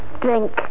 Drink